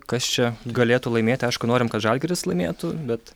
kas čia galėtų laimėti aišku norim kad žalgiris laimėtų bet